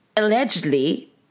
Allegedly